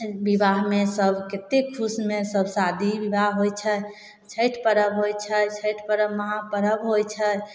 विवाहमे सब केतेक खुशमे सब शादी विवाह होइ छै छठि पर्ब होइ छै छठि पर्ब महापर्ब होइ छै